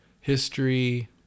history